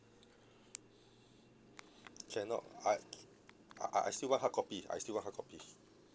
cannot I I I I still want hard copy I still want hard copy